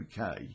UK